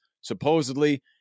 supposedly